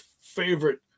favorite